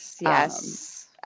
Yes